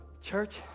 Church